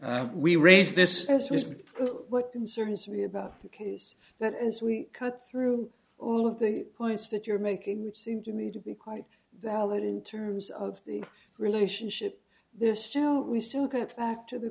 was what concerns me about the case that as we cut through all of the points that you're making which seem to me to be quite valid in terms of the relationship this show we still get back to the